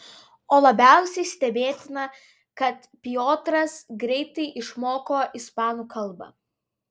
o labiausiai stebėtina kad piotras greitai išmoko ispanų kalbą